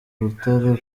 rutare